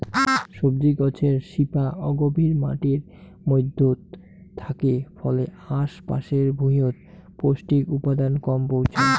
সবজি গছের শিপা অগভীর মাটির মইধ্যত থাকে ফলে আশ পাশের ভুঁইয়ত পৌষ্টিক উপাদান কম পৌঁছায়